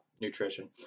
nutrition